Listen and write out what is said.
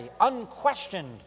unquestioned